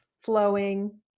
flowing